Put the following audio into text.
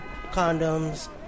Condoms